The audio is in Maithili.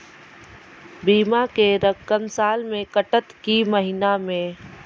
बीमा के रकम साल मे कटत कि महीना मे?